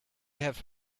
have